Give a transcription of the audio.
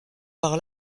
par